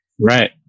Right